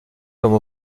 comme